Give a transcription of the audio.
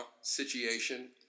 situation